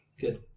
Good